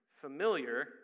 familiar